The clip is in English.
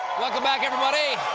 welcome back, everybody!